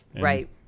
Right